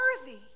worthy